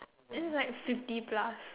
he's like fifty plus